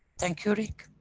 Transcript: thank you rick.